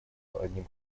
одним